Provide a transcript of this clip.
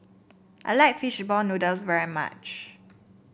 I like Fishball Noodles very much